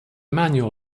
manual